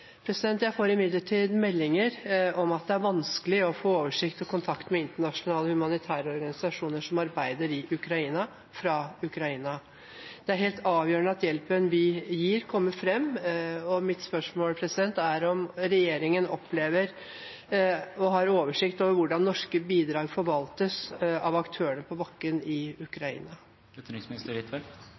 Jeg får imidlertid meldinger om at det er vanskelig å få oversikt og kontakt med internasjonale humanitære organisasjoner som arbeider i Ukraina, fra Ukraina. Det er helt avgjørende at hjelpen vi gir, kommer fram, og mitt spørsmål er om regjeringen opplever å ha oversikt over hvordan norske bidrag forvaltes av aktørene på bakken i